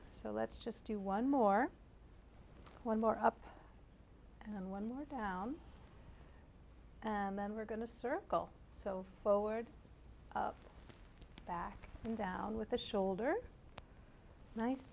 so let's just do one more one more up and one more down and then we're going to circle so forward back down with the shoulder nice